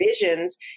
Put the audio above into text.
visions